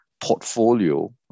portfolio